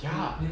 ya